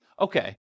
okay